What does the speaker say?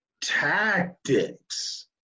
tactics